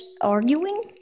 arguing